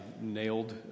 nailed